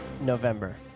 November